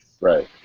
right